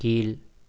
கீழ்